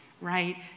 right